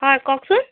হয় কওকচোন